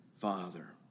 Father